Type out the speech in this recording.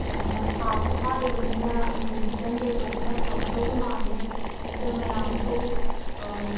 ꯑꯗꯨꯅ ꯊꯥꯖꯨ ꯐꯥꯗ꯭ꯔꯤꯕꯅꯤꯅ ꯑꯩꯖꯦ ꯔꯤꯇꯟ ꯕꯦꯛ ꯇꯧꯕꯅ ꯐꯒꯗꯧꯕ ꯃꯥꯜꯂꯦ ꯑꯗꯨꯗ ꯃꯌꯥꯝꯁꯨ